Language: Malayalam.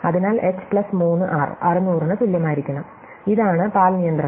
അതിനാൽ എച്ച് പ്ലസ് 3 ആർ 600 ന് തുല്യമായിരിക്കണം ഇതാണ് പാൽ നിയന്ത്രണം